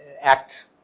act